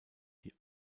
die